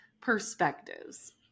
perspectives